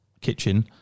kitchen